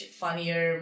funnier